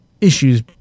issues